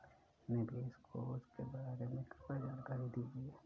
निवेश कोष के बारे में कृपया जानकारी दीजिए